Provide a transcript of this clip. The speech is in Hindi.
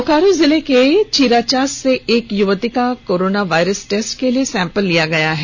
बोकारो जिले के चीराचास से एक युवती का कोरोन वायरस टेस्ट के लिए सैंपल लिया गया है